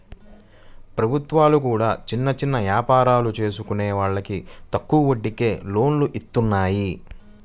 ప్రభుత్వాలు కూడా చిన్న చిన్న యాపారాలు చేసుకునే వాళ్లకి తక్కువ వడ్డీకే లోన్లను ఇత్తన్నాయి